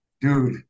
dude